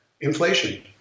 inflation